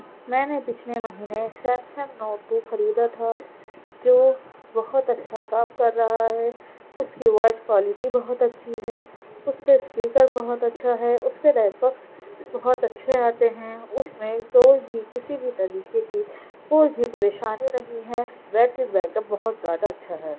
میں نے پچھلے مہینے ایک سیمسنگ نوٹ بی خریدا تھا جو بہت اچھا کام کر رہا ہے اس کی وائس کوالٹی بہت اچھی ہے اس کا اسپیکر بہت اچھا ہے اس کے نیٹ ورکس بہت اچھے آتے ہیں اس میں کوئی بھی کسی بھی طریقے کی کوئی بھی پریشانی نہیں ہے بیٹری بیک اپ بہت زیادہ اچھا ہے